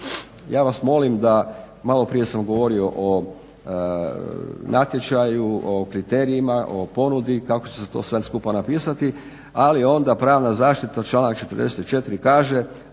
Ja vas molim da, malo prije sam govorio o natječaju, o kriterijima, o ponudi kako će se to sve skupa napisati ali onda pravna zaštita članak 44. kaže